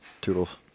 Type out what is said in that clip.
Toodles